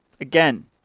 Again